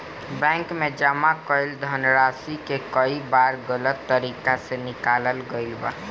bank में जमा कईल धनराशि के कई बार गलत तरीका से निकालल गईल बा